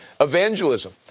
evangelism